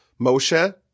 Moshe